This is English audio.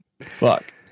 Fuck